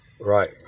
Right